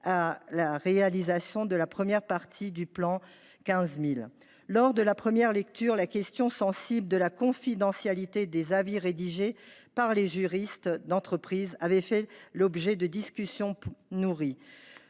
à la réalisation de la première partie du « plan 15 000 ». En première lecture, la question sensible de la confidentialité des avis rédigés par les juristes d’entreprise avait fait l’objet de discussions nourries.